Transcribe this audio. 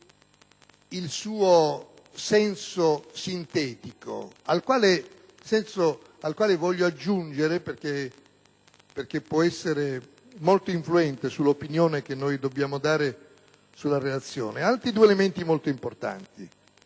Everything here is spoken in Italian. il suo senso sintetico, al quale voglio aggiungere, perché può essere molto influente sull'opinione che dobbiamo esprimere sulla relazione, altri due elementi molto importanti.